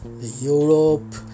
Europe